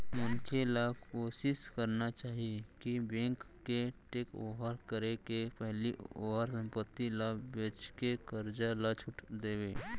मनखे ल कोसिस करना चाही कि बेंक के टेकओवर करे के पहिली ओहर संपत्ति ल बेचके करजा ल छुट देवय